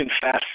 fast